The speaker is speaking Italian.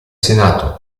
senato